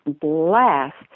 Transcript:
blast